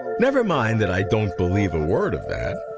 never mind that i don't believe a word of that.